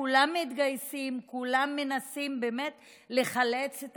כולם מתגייסים וכולם מנסים באמת לחלץ את